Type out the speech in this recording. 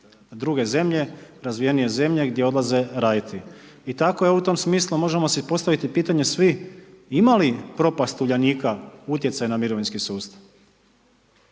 druge zemlje, razvijenije zemlje gdje odlaze raditi. I tako u tom smislu možemo si postaviti pitanje svi, imali propast Uljanika utjecaj na mirovinski sustav?